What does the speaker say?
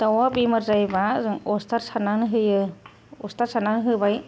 दाउआ बेमार जायोब्ला जों अस्तार सारनानै होयो अस्तार सारनानै होबाय